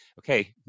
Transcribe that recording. Okay